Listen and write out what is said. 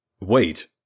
Wait